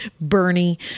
Bernie